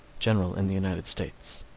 general in the united states.